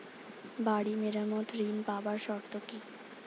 বাড়ি মেরামত ঋন পাবার শর্ত কি?